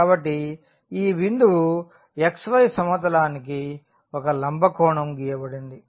కాబట్టి ఈ బిందువు xy సమతలానికి ఒక లంబ కోణం గీయబడింది